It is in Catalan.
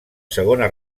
segona